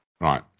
Right